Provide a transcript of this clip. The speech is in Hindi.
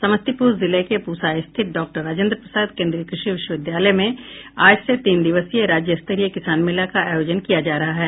समस्तीपुर जिले के पूसा स्थित डॉक्टर राजेन्द्र प्रसाद केन्द्रीय कृषि विश्वविद्यालय में आज से तीन दिवसीय राज्य स्तरीय किसान मेला का आयोजन किया जा रहा है